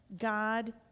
God